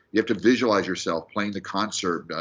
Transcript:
you have to visualize yourself playing the concert,